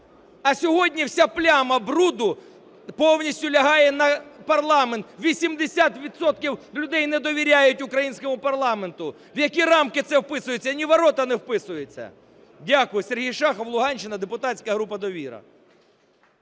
А сьогодні вся пляма бруду повністю лягає на парламент, 80 відсотків людей не довіряють українському парламенту. В які рамки це вписується – ні в ворота не вписується. Дякую. Сергій Шахов, Луганщина, депутатська група "Довіра".